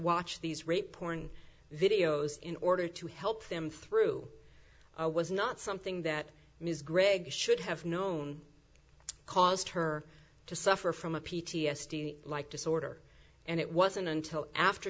watch these rate porn videos in order to help them through was not something that ms gregg should have known caused her to suffer from a p t s d like disorder and it wasn't until after